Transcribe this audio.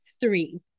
three